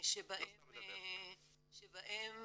שבהם